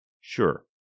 Sure